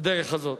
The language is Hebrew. בדרך הזאת.